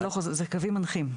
זה לא חוזר, אלו קווים מנחים.